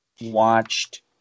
watched